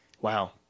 Wow